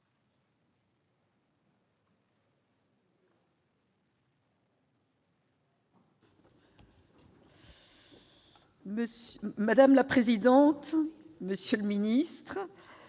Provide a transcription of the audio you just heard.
Madame la présidente, monsieur le ministre,